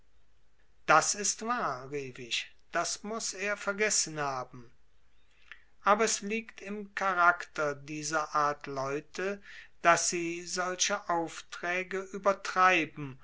das ist wahr rief ich das muß er vergessen haben aber es liegt im charakter dieser art leute daß sie solche aufträge übertreiben